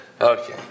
Okay